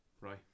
right